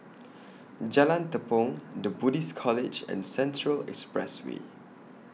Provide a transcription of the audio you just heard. Jalan Tepong The Buddhist College and Central Expressway